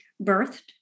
birthed